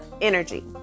energy